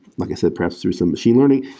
like i said, perhaps, there's some machine learning.